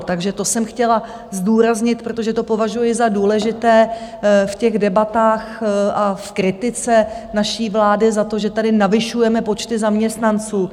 Takže to jsem chtěla zdůraznit, protože to považuji za důležité v debatách a v kritice naší vlády za to, že tady navyšujeme počty zaměstnanců.